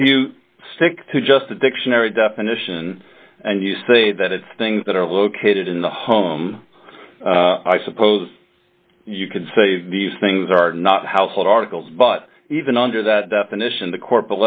if you stick to just the dictionary definition and you say that it's things that are located in the home i suppose you could say these things are not household articles but even under that definition the court